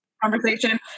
Conversation